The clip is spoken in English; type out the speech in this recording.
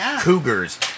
cougars